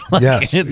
yes